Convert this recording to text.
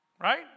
Right